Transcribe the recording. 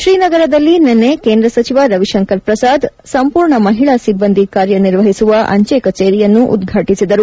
ಶ್ರೀನಗರದಲ್ಲಿ ನಿನ್ನೆ ಕೇಂದ್ರ ಸಚಿವ ರವಿಶಂಕರ ಪ್ರಸಾದ್ ಸಂಪೂರ್ಣ ಮಹಿಳಾ ಸಿಬ್ಬಂದಿ ಕಾರ್ಯ ನಿರ್ವಹಿಸುವ ಅಂಚೆ ಕಚೇರಿಯನ್ನು ಉದ್ಘಾಟಿಸಿದರು